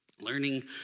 learning